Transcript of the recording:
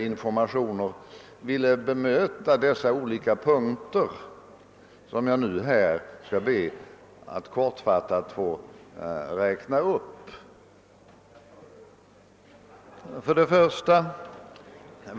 Får jag här nämna några exempel. 1.